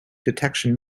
detection